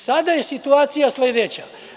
Sada je situacija sledeća.